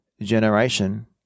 generation